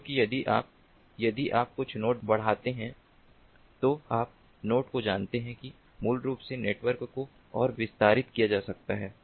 क्योंकि यदि आप यदि आप कुछ नोड बढ़ाते हैं तो आप नोड को जानते हैं कि मूल रूप से नेटवर्क को और विस्तारित किया जा सकता है